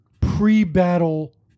pre-battle